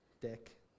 dick